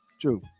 true